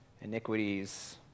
iniquities